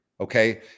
okay